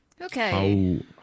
Okay